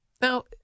Now